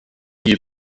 die